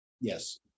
Yes